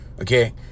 okay